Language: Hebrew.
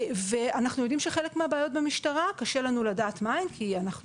אנחנו יודעים שחלק מהבעיות במשטרה קשה לנו לדעת מה הן כי אנחנו